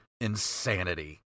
insanity